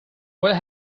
where